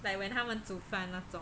like when 她们煮饭那种